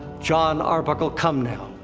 jon arbuckle, come now.